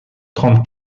trente